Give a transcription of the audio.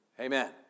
Amen